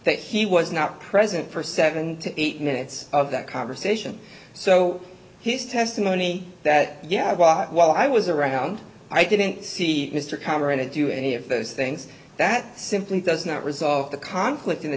that he was not present for seven to eight minutes of that conversation so his testimony that yeah while i was around i didn't see mr camarena do any of those things that simply does not resolve the conflict in the